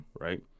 Right